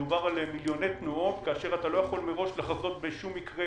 מדובר על מיליוני תנועות כאשר אתה לא יכול מראש לחזות בשום מקרה